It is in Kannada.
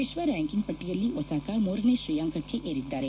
ವಿಶ್ವರ್ತಾಂಕಿಂಗ್ ಪಟ್ಟಿಯಲ್ಲಿ ಒಸಾಕಾ ಮೂರನೇ ತ್ರೇಯಾಂಕಕ್ಕೆ ಏರಿದ್ದಾರೆ